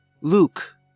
Luke